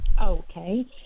okay